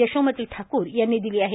यशोमती ठाकूर यांनी दिली आहे